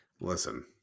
Listen